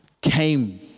came